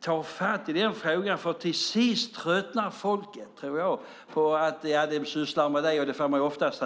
ta fatt i den frågan, för till sist tror jag att folket tröttnar på att EU sysslar med detta. Det får man oftast höra.